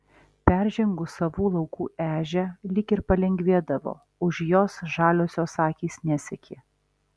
peržengus savų laukų ežią lyg ir palengvėdavo už jos žaliosios akys nesekė